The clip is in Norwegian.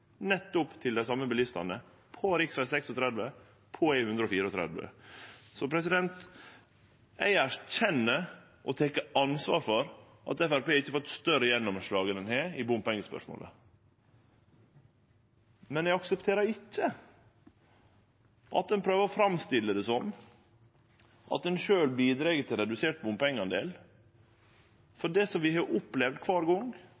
nettopp til dei same bilistane, på rv. 36, på E134. Eg erkjenner og tek ansvar for at Framstegspartiet ikkje har fått større gjennomslag i bompengespørsmålet, men eg aksepterer ikkje at ein prøver å framstille det som at ein sjølv bidreg til redusert bompengedel, for det som vi har opplevd kvar gong